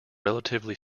relatively